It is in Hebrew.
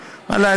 ואללה,